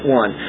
one